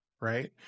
right